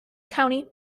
county